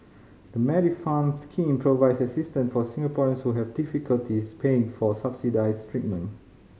the Medifund scheme provides assistance for Singaporeans who have difficulties paying for subsidized treatment